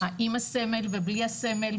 עם הסמל ובלי הסמל,